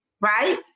Right